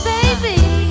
Baby